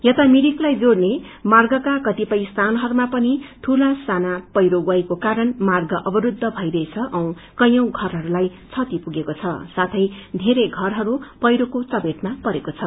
यता मिरिकलाई जोड़ने र्माग्का कतिपय स्थानहरूमा पनि ठूला साना पैठूले गएको कारण र्माग अवस्रछ भइरहेछ औ कैयी घरहरूलाई क्षति पुगेको छ साथै वेरै घरहरू पैक्रोको चपेटमा परेको छ